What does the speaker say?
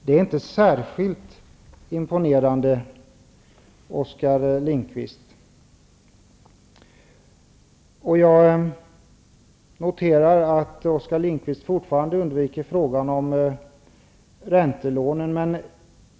Det är inte särskilt imponerande, Oskar Jag noterar att Oskar Lindqvist fortfarande undviker frågan om räntelånen.